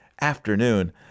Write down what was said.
afternoon